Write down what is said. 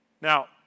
Now